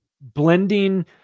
blending